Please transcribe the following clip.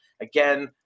Again